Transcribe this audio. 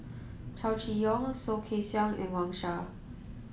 Chow Chee Yong Soh Kay Siang and Wang Sha